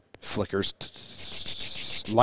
flickers